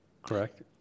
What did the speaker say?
Correct